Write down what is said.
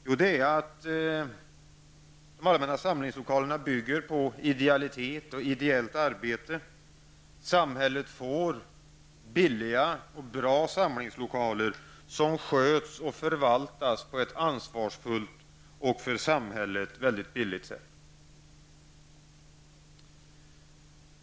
Jo, det är att de allmänna samlingslokalerna bygger på idealitet och på ideellt arbete. Samhället får billiga och bra samlingslokaler som sköts och förvaltas på ett ansvarsfullt och för samhället mycket billigt sätt.